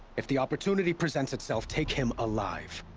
if the opportunity presents itself, take him alive!